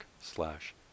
slash